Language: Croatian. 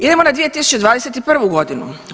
Idemo na 2021. godinu.